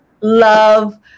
love